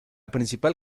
principal